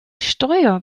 steuer